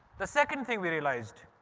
the second thing we realised